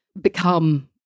become